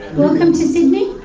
welcome to sydney.